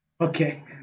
Okay